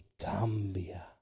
cambia